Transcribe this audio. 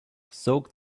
soak